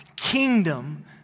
Kingdom